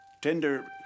tender